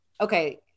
okay